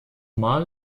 mal